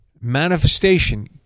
manifestation